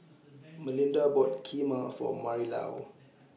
Malinda bought Kheema For Marilou